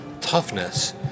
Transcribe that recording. toughness